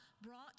brought